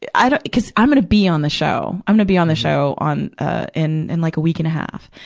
i don't, cuz i'm gonna be on the show. i'm gonna be on the show on, ah, in, and like, a week and a half.